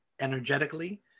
energetically